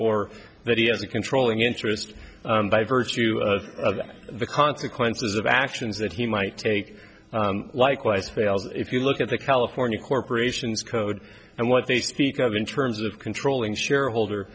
or that he has a controlling interest by virtue of the consequences of actions that he might take likewise fails if you look at the california corporation's code and what they speak of in terms of controlling shareholder